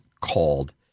called